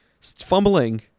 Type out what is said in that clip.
fumbling